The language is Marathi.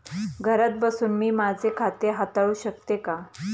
घरात बसून मी माझे खाते हाताळू शकते का?